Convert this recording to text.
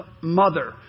mother